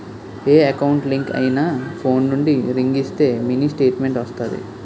ఏ account link అయినా phone నుండి ring ఇస్తే మినీ స్టేట్మెంట్ వస్తాది